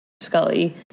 scully